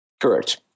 Correct